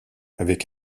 avec